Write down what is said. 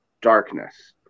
darkness